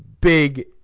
big